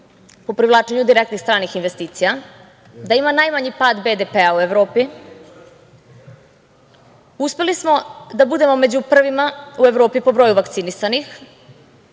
u privlačenju direktnih stranih investicija, da ima najmanji pad BDP u Evropi. Uspeli smo da budemo među prvima u Evropi po broju vakcinisanih